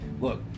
Look